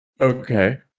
Okay